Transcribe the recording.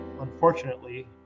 unfortunately